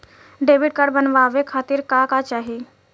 Debit card बनवावे खातिर का का चाही?